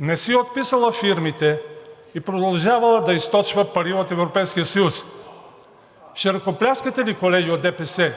не си е отписала фирмите и продължава да източва пари от Европейския съюз?! Ще ръкопляскате ли, колеги от ДПС,